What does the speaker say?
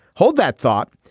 hold that thought,